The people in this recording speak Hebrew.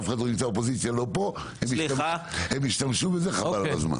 האופוזיציה לא פה, הם ישתמשו בזה שחבל על הזה.